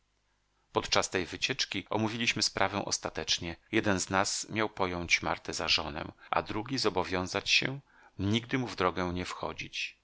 podczas tej wycieczki omówiliśmy sprawę ostatecznie jeden z nas miał pojąć martę za żonę a drugi zobowiązać się nigdy mu w drogę nie wchodzić